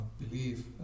believe